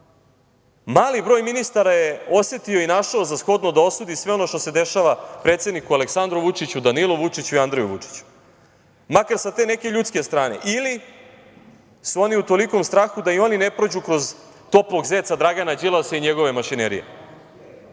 mali broj ministara je osetio i našao za shodno da osudi sve ono što se dešava predsedniku Aleksandru Vučiću, Danilu Vučiću i Andriji Vučiću, makar sa te neke ljudske strane, ili su oni u tolikom strahu da i oni ne prođu kroz toplog zeca Dragana Đilasa i njegove mašinerije. Žao